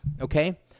okay